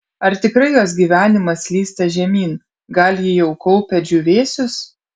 ar tikrai jos gyvenimas slysta žemyn gal ji jau kaupia džiūvėsius